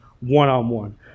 one-on-one